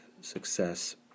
success